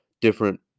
different